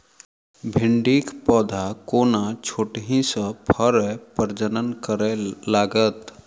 भिंडीक पौधा कोना छोटहि सँ फरय प्रजनन करै लागत?